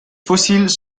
fossiles